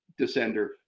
descender